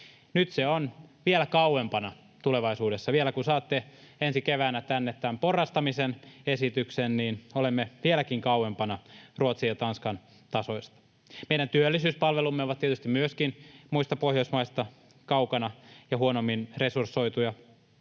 Nyt se on vielä kauempana tulevaisuudessa, ja vielä kun saatte ensi keväänä tänne tämän porrastamisen esityksen, olemme vieläkin kauempana Ruotsin ja Tanskan tasoista. Meidän työllisyyspalvelumme ovat tietysti myöskin muista Pohjoismaista kaukana ja huonommin resursoituja.